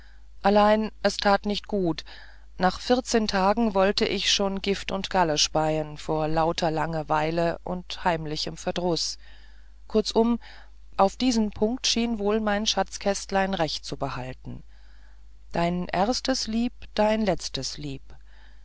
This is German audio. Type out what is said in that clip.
allein es tat nicht gut nach vierzehn tagen wollte ich schon gift und galle speien vor lauter langerweile und heimlichem verdruß kurzum auf diesen punkt schien wohl mein schatzkästlein recht zu behalten dein erstes lieb dein letztes lieb